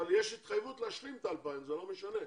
התחייבות להשלים את האלפיים, זה לא משנה.